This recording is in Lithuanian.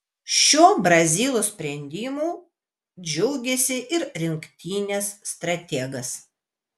šiuo brazilo sprendimu džiaugėsi ir rinktinės strategas